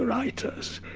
writers,